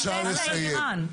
מהנדס העיר,